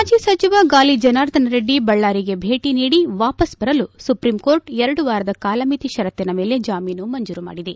ಮಾಜಿ ಸಚಿವ ಗಾಲಿ ಜನಾರ್ದನ ರೆಡ್ಡಿ ಬಳ್ಳಾರಿಗೆ ಭೇಟ ನೀಡಿ ವಾಪಸ್ ಬರಲು ಸುಪ್ರೀಂಕೋರ್ಟ್ ಎರಡು ವಾರದ ಕಾಲಮಿತಿ ಪರತ್ತಿನ ಮೇಲೆ ಜಾಮೀನು ಮಂಜೂರು ಮಾಡಿದೆ